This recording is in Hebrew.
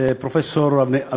הפרופסור רות גביזון.